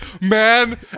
man